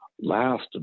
last